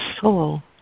soul